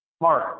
Mark